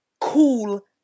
cool